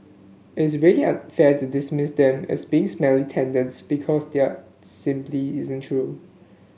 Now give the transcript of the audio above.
it's really unfair to dismiss them as being smelly tenants because there are simply isn't true